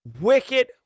Wicked